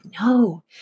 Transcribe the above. no